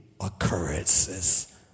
occurrences